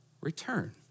return